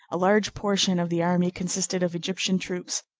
a large portion of the army consisted of egyptian troops,